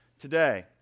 today